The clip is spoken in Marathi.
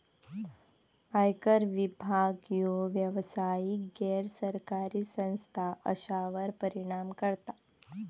आयकर विभाग ह्यो व्यावसायिक, गैर सरकारी संस्था अश्यांवर परिणाम करता